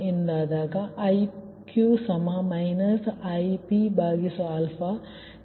ಅಂದರೆ Iq Ip ಇದು ಸಮೀಕರಣ 79 ಆಗಿದೆ